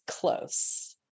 close